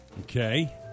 Okay